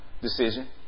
decision